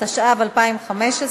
התשע"ו 2015,